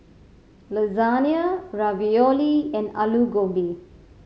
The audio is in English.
Lasagna Ravioli and Alu Gobi